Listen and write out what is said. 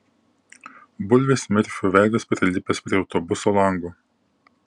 bulvės merfio veidas prilipęs prie autobuso lango